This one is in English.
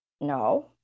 No